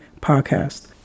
Podcast